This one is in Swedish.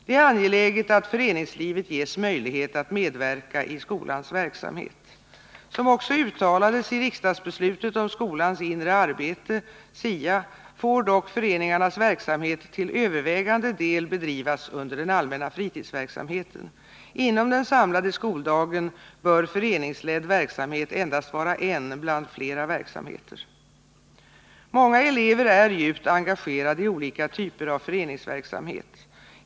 Det är angeläget att föreningslivet ges möjlighet att medverka i skolans verksamhet. Som också uttalades i riksdagsbeslutet om skolans inre arbete får dock föreningarnas verksamhet till övervägande del bedrivas under den allmänna fritidsverksamheten. Inom den samlade skoldagen bör föreningsledd verksamhet endast vara en bland flera verksamheter. Många elever är djupt engagerade i olika typer av föreningsverksamhet.